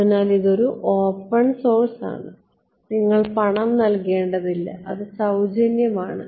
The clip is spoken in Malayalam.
അതിനാൽ ഇത് ഒരു ഓപ്പൺ സോഴ്സ് ആണ് നിങ്ങൾ പണം നൽകേണ്ടതില്ല അത് സൌജന്യമാണ്